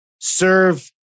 serve-